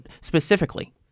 specifically